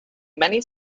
many